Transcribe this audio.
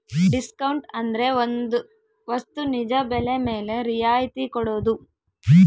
discount ಅಂದ್ರೆ ಒಂದ್ ವಸ್ತು ನಿಜ ಬೆಲೆ ಮೇಲೆ ರಿಯಾಯತಿ ಕೊಡೋದು